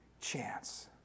chance